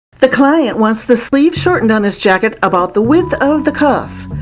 the client wants the sleeves shortened on this jacket about the width of the cuff.